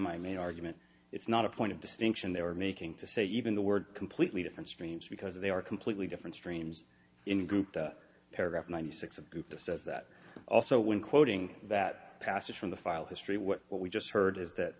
my main argument it's not a point of distinction they are making to say even the word completely different streams because they are completely different streams in group paragraph ninety six of group says that also when quoting that passage from the file history what we just heard is that